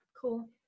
Cool